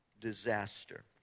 disaster